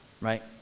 right